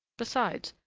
besides,